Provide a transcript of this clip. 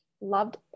loved